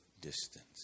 distance